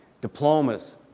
diplomas